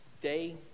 Day